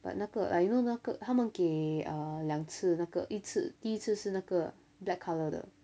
but 那个 like you know 那个他们给 uh 两次那个一次第一次是那个 black colour 的